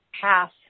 pass